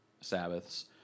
Sabbaths